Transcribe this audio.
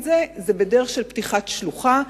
בדרך של פתיחת שלוחה,